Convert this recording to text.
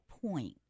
point